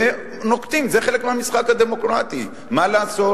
ונוקטים, זה חלק מהמשחק הדמוקרטי, מה לעשות.